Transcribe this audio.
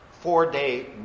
four-day